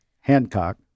hancock